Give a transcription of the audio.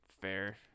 fair